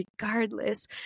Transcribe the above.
regardless